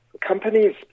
companies